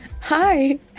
hi